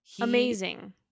Amazing